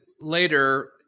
later